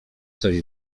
coś